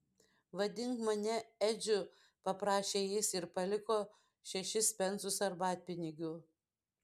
vadink mane edžiu paprašė jis ir paliko šešis pensus arbatpinigių